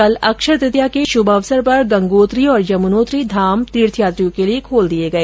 कल अक्षय तृतीया के शुभ अवसर पर गंगोत्री और यमुनोत्री धाम तीर्थयात्रियों के लिए खोल दिए गए